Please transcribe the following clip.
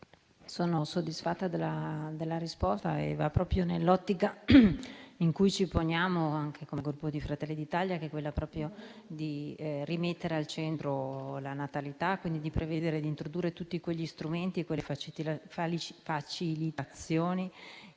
sono soddisfatta della risposta, che rientra proprio nell'ottica in cui ci poniamo come Gruppo Fratelli d'Italia, ossia quella di rimettere al centro la natalità e prevedere di introdurre tutti quegli strumenti e quelle facilitazioni